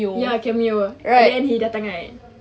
ya cameo then he datang right